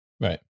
right